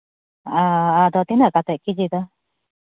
ᱚᱻ ᱟᱫᱚ ᱛᱤᱱᱟᱹᱜ ᱠᱟᱛᱮᱫ ᱠᱮᱡᱤ ᱫᱚ